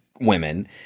women